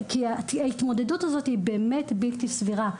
ההתמודדות הזאת היא באמת בלתי סבירה.